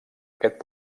aquest